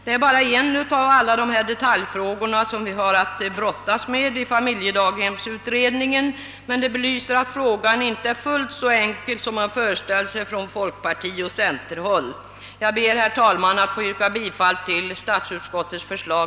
Det är bara en av alla dessa detaljfrågor som vi har att brottas med i familjedaghemsutredningen, men det belyser att problemet inte är fullt så enkelt som man föreställer sig på folkpartioch centerpartihåll. Jag ber, herr talman, att få yrka bifall till statsutskottets förslag.